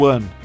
One